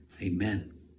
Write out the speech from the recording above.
Amen